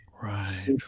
Right